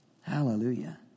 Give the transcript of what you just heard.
Hallelujah